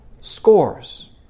scores